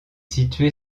situé